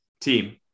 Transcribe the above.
team